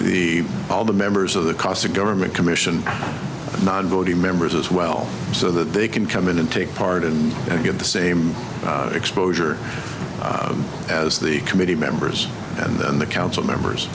the all the members of the casa government commission not voting members as well so that they can come in and take part and get the same exposure as the committee members and then the council members